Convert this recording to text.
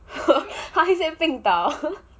how is that 病倒